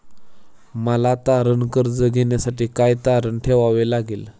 मला तारण कर्ज घेण्यासाठी काय तारण ठेवावे लागेल?